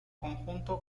conjunto